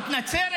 את נצרת